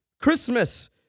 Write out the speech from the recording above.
Christmas